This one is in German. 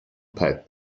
python